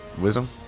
Wisdom